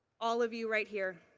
all of you right here.